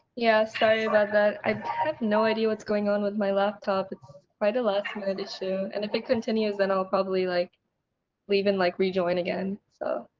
yeah so yeah but i have no idea what's going on with my laptop. it's quite a last minute issue. and if it continues, and i'll probably like leave and like rejoin again. so